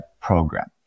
program